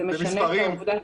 זה משנה את העובדה?